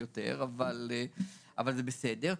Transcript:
אבל זה בסדר.